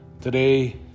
Today